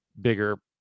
bigger